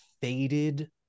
faded